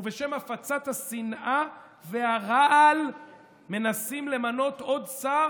ובשם הפצת השנאה והרעל מנסים למנות עוד שר,